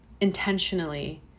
intentionally